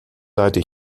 leite